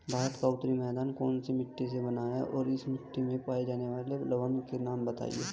भारत का उत्तरी मैदान कौनसी मिट्टी से बना है और इस मिट्टी में पाए जाने वाले लवण के नाम बताइए?